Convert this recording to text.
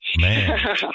man